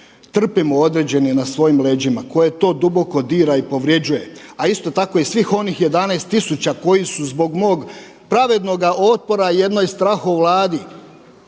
trpimo određeni na svojim leđima koje to duboko dira i povređuje, a isto tako i svih onih 11 tisuća koji su zbog mog pravednoga otpora jednoj strahovladi